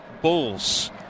Bulls